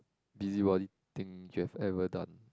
busybody thing you have ever done